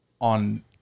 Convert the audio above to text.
on